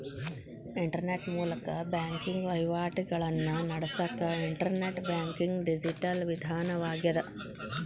internet ಮೂಲಕ banking ವಹಿವಾಟಿಗಳನ್ನ ನಡಸಕ ಇಂಟರ್ನೆಟ್ ಬ್ಯಾಂಕಿಂಗ್ ಡಿಜಿಟಲ್ ವಿಧಾನವಾಗ್ಯದ